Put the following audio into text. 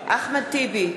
אחמד טיבי,